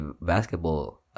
basketball